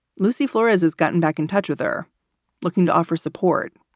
lucy flores has gotten back in touch with her looking to offer support.